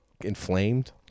inflamed